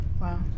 wow